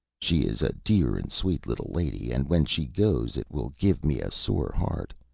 she is a dear and sweet little lady, and when she goes it will give me a sore heart.